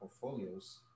portfolios